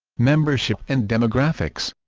membership and demographics